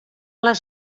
les